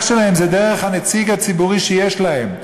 שלהם זה דרך נציג הציבור שיש להם.